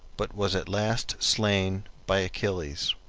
but was at last slain by achilles.